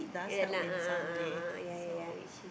ya lah a'ah a'ah a'ah a'ah a'ah ya ya ya itchy